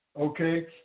okay